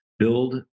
build